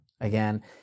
again